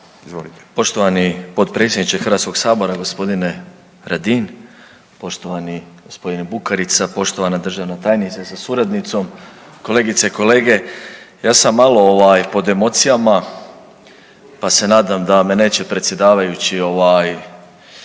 Poštovani potpredsjedniče Hrvatskoga sabora gospodine Radin, poštovani gospodine Bukarica, poštovana državna tajnice sa suradnicom, kolegice i kolege ja sam malo ovaj pod emocijama pa se nadam da me neće predsjedavajući ovaj